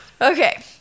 okay